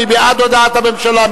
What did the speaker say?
מי בעד הודעת הממשלה?